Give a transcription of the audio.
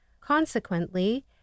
Consequently